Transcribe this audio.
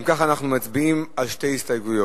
אם כך, אנחנו מצביעים על שתי הסתייגויות: